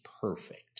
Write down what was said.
perfect